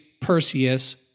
Perseus